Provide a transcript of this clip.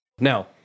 Now